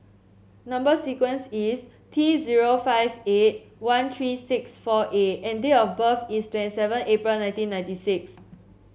number sequence is T zero five eight one tree six four A and date of birth is twenty seven April nineteen ninety six